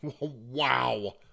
wow